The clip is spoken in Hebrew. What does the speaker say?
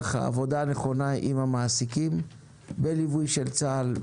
העבודה הנכונה עם המעסיקים בליווי של צה"ל,